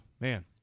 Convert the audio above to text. man